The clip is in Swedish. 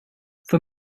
för